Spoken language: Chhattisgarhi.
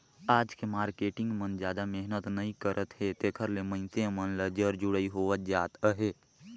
आज के मारकेटिंग मन जादा मेहनत नइ करत हे तेकरे ले मइनसे मन ल जर जुड़ई होवत जात अहे